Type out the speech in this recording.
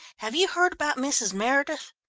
have you heard about mrs. meredith?